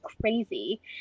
crazy